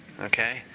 okay